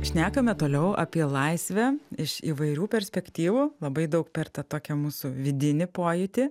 šnekame toliau apie laisvę iš įvairių perspektyvų labai daug per tą tokią mūsų vidinį pojūtį